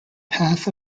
path